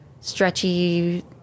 stretchy